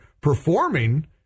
performing